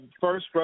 first